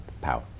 power